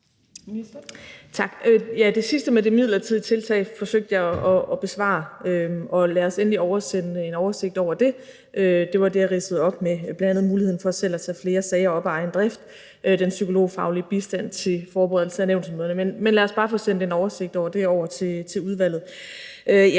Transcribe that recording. Det sidste om de midlertidige tiltag forsøgte jeg at besvare, og lad os endelig oversende en oversigt over det. Det var det, jeg ridsede op, med bl.a. muligheden for at selv at tage flere sager op af egen drift, og den psykologfaglige bistand til forberedelsen af nævnsmøderne. Men lad os bare få sendt en oversigt over det over til udvalget.